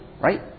right